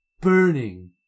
Burning